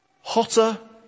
hotter